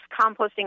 composting